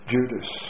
Judas